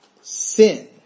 Sin